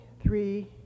three